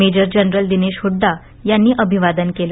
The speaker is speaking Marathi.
मेजर जनरल दिनेश हुड्डा यांनी अभिवादन केलं